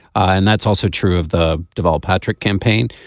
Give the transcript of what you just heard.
and that's also true of the deval patrick campaign.